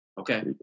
Okay